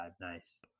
Nice